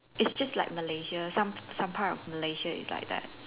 it's just like Malaysia some some part of Malaysia is like that